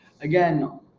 Again